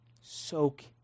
Soak